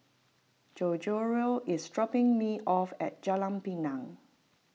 Gregorio is dropping me off at Jalan Pinang